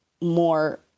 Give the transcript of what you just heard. more